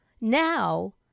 Now